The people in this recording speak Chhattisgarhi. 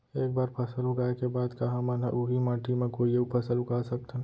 एक बार फसल उगाए के बाद का हमन ह, उही माटी मा कोई अऊ फसल उगा सकथन?